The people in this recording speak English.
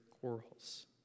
quarrels